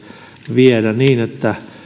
viedä niin että